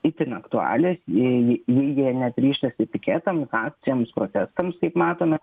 itin aktualios jeigu jie net ryžtasi piketams akcijoms protestams kaip matome